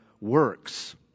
works